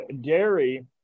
dairy